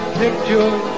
picture